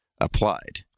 applied